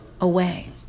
away